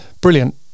brilliant